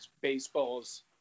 Baseball's